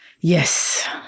Yes